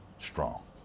strong